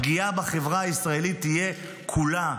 הפגיעה בחברה הישראלית תהיה בכולה,